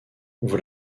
vous